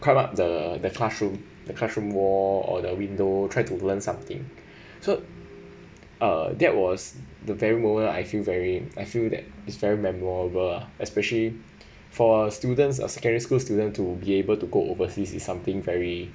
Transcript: climb up the the classroom the classroom wall or the window try to learn something so uh that was the very moment I feel very I feel that is very memorable lah especially for a students a secondary school student to be able to go overseas is something very